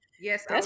Yes